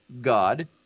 god